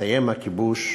יסתיים הכיבוש,